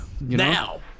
now